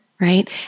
Right